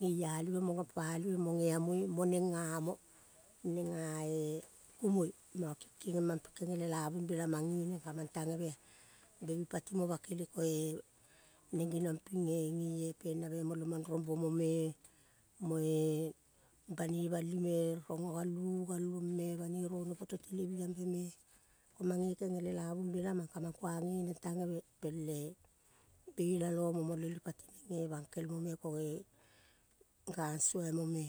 gei alive mo ge palive mo gea moi moneng ga mo neng ga kumoi mang gege lelavum be lamang ge nang ka mang ta geve ah. be bing pati mo bakele ko-e neng geniong ping eh. Gei eh penave mo lemong rong bomo me, mo-e banoi bali me rongo galuvu gal long me banoi rone poto televiambe me. Ko-mange kege lelavu belamang mang kuang geneng tageve pel eh bela lo mo lipa tineng eh bangkel mo-me ko-e, gang suo amo me.